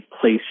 place